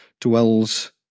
dwells